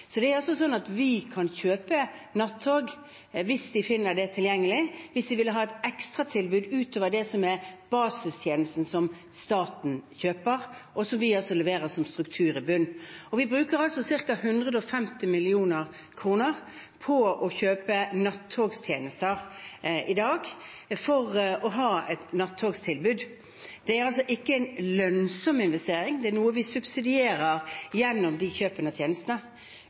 Det er altså sånn at Vy kan kjøpe nattog hvis de finner det tilgjengelig og vil ha et ekstratilbud utover basistjenesten som staten kjøper, og som vi leverer som struktur i bunnen. Vi bruker i dag ca. 150 mill. kr på å kjøpe nattogtjenester for å ha et nattogtilbud. Det er ikke en lønnsom investering; de kjøpene og tjenestene er noe vi subsidierer.